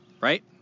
right